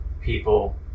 people